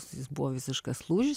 jis buvo visiškas lūžis